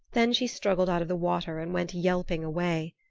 then she struggled out of the water and went yelping away.